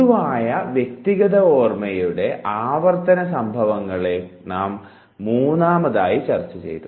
പൊതുവായ വ്യക്തിഗത ഓർമ്മയുടെ ആവർത്തന സംഭവങ്ങളെക്കുറിച്ച് നാം മൂന്നാമതായി ചർച്ച ചെയ്തു